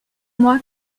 moi